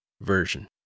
Version